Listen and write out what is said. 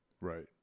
Right